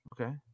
Okay